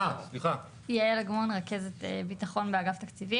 בסוף תקציב אגף השיקום